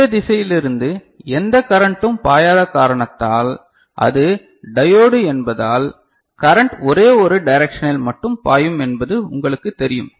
இந்த திசையிலிருந்து எந்த கரண்டும் பாயாதக் காரணத்தால் அது டையோடு என்பதால் கரன்ட் ஒரே ஒரு டைரக்ஷனில் மட்டுமே பாயும் என்பது உங்களுக்குத் தெரியும்